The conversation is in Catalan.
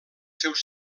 seus